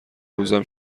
روزم